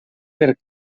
per